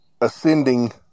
ascending